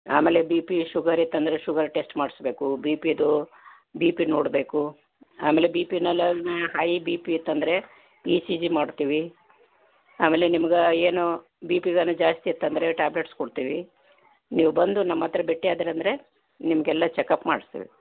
ಆಮೇಲೆ B P sugar ಇತ್ತು ಅಂದ್ರೆ ಶುಗರ್ ಟೆಸ್ಟ್ ಮಾಡಿಸ್ಬೇಕು ಬಿ ಪಿದು ಬಿ ಪಿ ನೋಡಬೇಕು ಆಮೇಲೆ ಬಿ ಪಿಯ ಲೆವಲ್ ಹೈ ಬಿ ಪಿ ಇತ್ತಂದರೆ ಇ ಸಿ ಜಿ ಮಾಡ್ತೀವಿ ಆಮೇಲೆ ನಿಮ್ಗೆ ಏನು ಬಿ ಪಿ ಜಾಸ್ತಿ ಇತ್ತಂದರೆ ಇವು ಟ್ಯಾಬ್ಲೇಟ್ಸ್ ಕೊಡ್ತೀವಿ ನೀವು ಬಂದು ನಮ್ಮ ಹತ್ರ ಭೇಟಿ ಆದಿರಿ ಅಂದರೆ ನಿಮ್ಗೆ ಎಲ್ಲ ಚಕಪ್ ಮಾಡ್ಸ್ತೀವಿ